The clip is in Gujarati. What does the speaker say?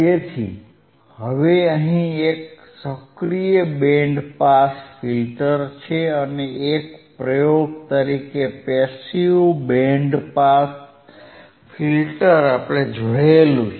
તેથી હવે અહિં એક સક્રિય બેન્ડ પાસ ફિલ્ટર છે અને એક પ્રયોગ તરીકે પેસીવ બેન્ડ પાસ ફિલ્ટર જોયું છે